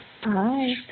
Hi